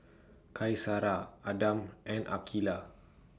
Qaisara Adam and Aqilah